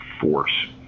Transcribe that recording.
force